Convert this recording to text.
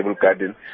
garden